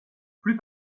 plus